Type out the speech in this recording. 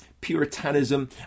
puritanism